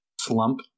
slump